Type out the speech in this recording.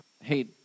Hey